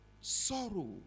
sorrow